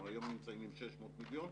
אנחנו היום נמצאים עם 600 מיליון,